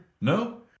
No